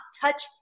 touch